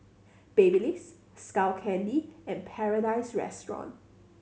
Babyliss Skull Candy and Paradise Restaurant